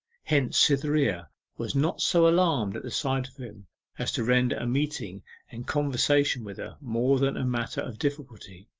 hence cytherea was not so alarmed at the sight of him as to render a meeting and conversation with her more than a matter of difficulty.